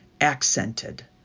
accented